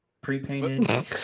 Pre-painted